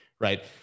right